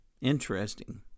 Interesting